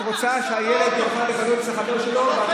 את רוצה שהילד יוכל לבלות אצל חבר שלו ואתה